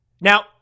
Now